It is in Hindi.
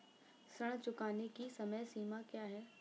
ऋण चुकाने की समय सीमा क्या है?